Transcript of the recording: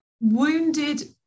wounded